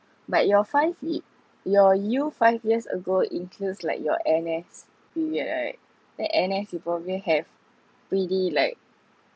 but you're five i~ your you five years ago includes like your N_S period right then N_S you probably have really like